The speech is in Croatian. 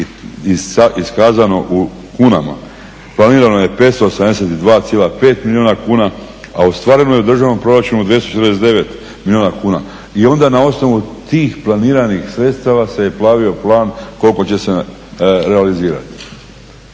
iskazano u kunama. Planiramo je 582,5 milijuna kuna, a ostvareno je u državnom proračunu 249 milijuna kuna. I onda na osnovu tih planirani sredstava se je pravio plan kolik će se realizirati.